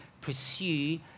pursue